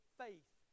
faith